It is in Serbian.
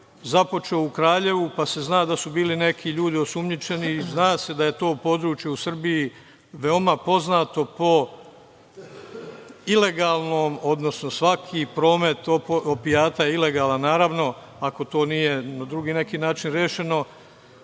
započeo u Kraljevu, pa se zna da su bili neki ljudi osumnjičeni i zna se da je to područje u Srbiji veoma poznato po ilegalnom, odnosno, svaki promet opijata je ilegalan, naravno, ako to nije na neki drugi način rešeno.